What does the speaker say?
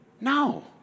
no